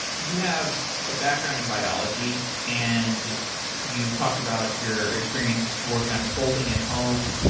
you have a background in biology and you talked about your experience working on folding at home.